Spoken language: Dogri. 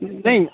नेईं